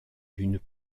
d’une